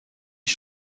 ich